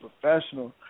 professional